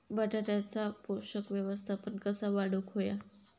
बटाट्याचा पोषक व्यवस्थापन कसा वाढवुक होया?